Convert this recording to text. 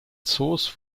zoos